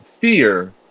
fear